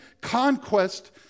conquest